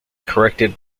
corrected